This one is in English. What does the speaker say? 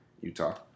Utah